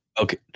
Okay